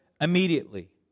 immediately